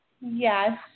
Yes